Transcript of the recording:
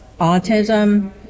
autism